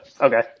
Okay